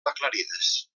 aclarides